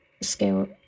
scale